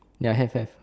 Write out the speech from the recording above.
ya have have